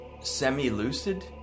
semi-lucid